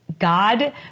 God